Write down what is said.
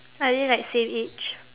are they like same age